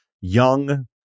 young